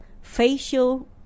facial